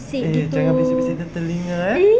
eh jangan bisik-bisik di telinga eh